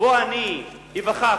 בו אני איווכח,